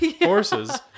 horses